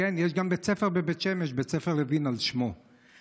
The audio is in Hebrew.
יש גם בבית שמש בית ספר על שמו, בית ספר לוין.